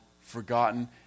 forgotten